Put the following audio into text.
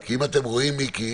כי אם אתם רואים, מיקי,